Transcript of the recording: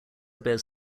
bears